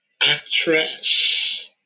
actress